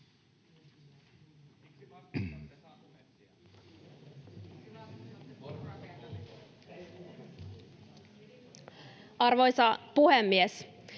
Arvoisa puhemies!